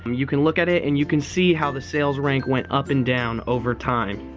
you can look at it and you can see how the sales rank went up and down over time.